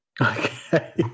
Okay